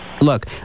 Look